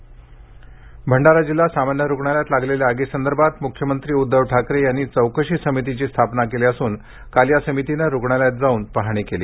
भंडारा रुग्णालय पाहणी भंडारा जिल्हा सामान्य रुग्णालयात लागलेल्या आगीसंदर्भात मुख्यमंत्री उद्धव ठाकरे यांनी चौकशी समितीची स्थापना केली असून काल या समितीनं रुग्णालयात येऊन पाहणी केली